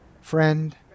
Friend